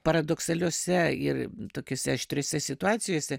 paradoksaliose ir tokiose aštriose situacijose